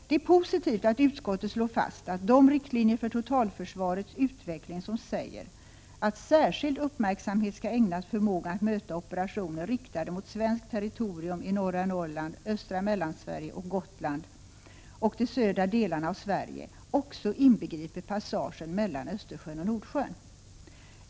Det är positivt att utskottet slår fast att de riktlinjer för totalförsvarets utveckling som säger att särskild uppmärksamhet skall ägnas förmågan att möta operationer riktade mot svenskt territorium i norra Norrland, östra Mellansverige och Gotland och de södra delarna av Sverige också inbegriper passagen mellan Östersjön och Nordsjön.